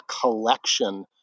collection